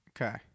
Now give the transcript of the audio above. Okay